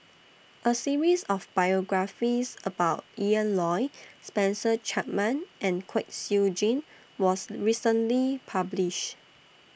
A series of biographies about Ian Loy Spencer Chapman and Kwek Siew Jin was recently published